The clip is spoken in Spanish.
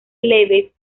leves